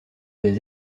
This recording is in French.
des